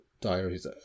diaries